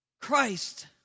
Christ